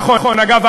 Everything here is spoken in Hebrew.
זה נכון, אגב.